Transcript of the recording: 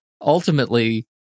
ultimately